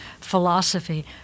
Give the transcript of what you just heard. philosophy